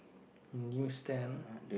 news stand